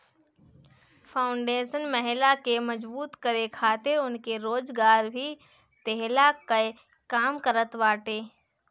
foundation महिला के मजबूत करे खातिर उनके रोजगार भी देहला कअ काम करत बाटे